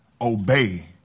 obey